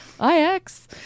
IX